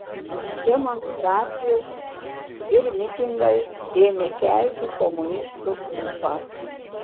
demonstracijos ir mitingai ėmė kelti komunistų ūpą